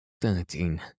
thirteen